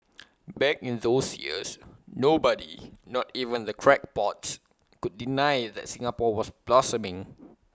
back in those years nobody not even the crackpots could deny that Singapore was blossoming